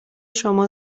شما